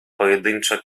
pojedyncze